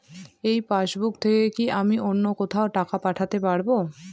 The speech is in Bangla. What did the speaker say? এই পাসবুক থেকে কি আমি অন্য কোথাও টাকা পাঠাতে পারব?